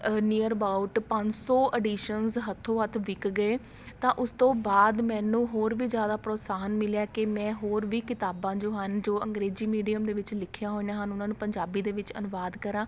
a near about ਪੰਜ ਸੋ editions ਹੱਥੋਂ ਹੱਥ ਵਿਕ ਗਏ ਤਾਂ ਉਸ ਤੋਂ ਬਾਅਦ ਮੈਨੂੰ ਹੋਰ ਵੀ ਜ਼ਿਆਦਾ ਪ੍ਰੋਤਸਾਹਨ ਮਿਲਿਆ ਕਿ ਮੈਂ ਹੋਰ ਵੀ ਕਿਤਾਬਾਂ ਜੋ ਹਨ ਜੋ ਅੰਗਰੇਜੀ ਮੀਡੀਅਮ ਦੇ ਵਿੱਚ ਲਿਖੀਆਂ ਹੋਈਆਂ ਹਨ ਉਹਨਾਂ ਨੂੰ ਪੰਜਾਬੀ ਦੇ ਵਿੱਚ ਅਨੁਵਾਦ ਕਰਾਂ